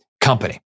company